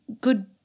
good –